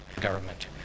government